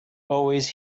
always